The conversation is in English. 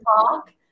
talk